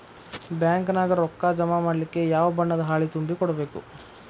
Bank ನ್ಯಾಗ ರೊಕ್ಕಾ ಜಮಾ ಮಾಡ್ಲಿಕ್ಕೆ ಯಾವ ಬಣ್ಣದ್ದ ಹಾಳಿ ತುಂಬಿ ಕೊಡ್ಬೇಕು?